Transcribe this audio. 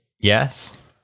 Yes